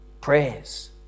prayers